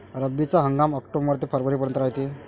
रब्बीचा हंगाम आक्टोबर ते फरवरीपर्यंत रायते